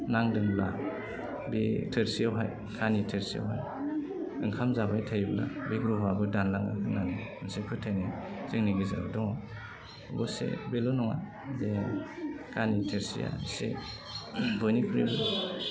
नांदोंब्ला बे थोरसियावहाय काहनि थोरसियावहाय ओंखाम जाबाय थायोब्ला बे ग्रह'आबो दानलाङो होन्नानै मोनसे फोथायनाय जोंनि गेजेराव दङ अबसे बेल' नङा बे काहनि थोरसिया इसे बयनिख्रुइबो